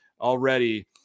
already